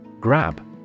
Grab